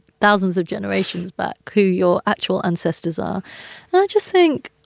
thousands of generations back who your actual ancestors are i just think,